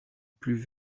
plus